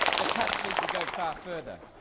the cuts need to go far further.